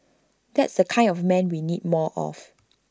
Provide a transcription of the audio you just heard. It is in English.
that's the kind of man we need more of